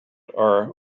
are